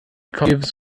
gives